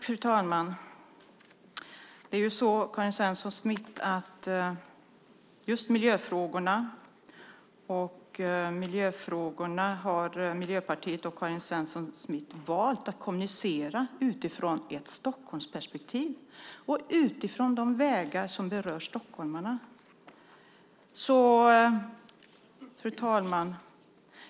Fru talman! Miljöpartiet och Karin Svensson Smith har valt att kommunicera miljöfrågorna i ett Stockholmsperspektiv och utifrån de vägar som berör stockholmarna. Fru talman!